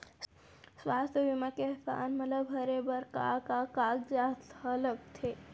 स्वास्थ्य बीमा के फॉर्म ल भरे बर का का कागजात ह लगथे?